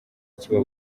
kiba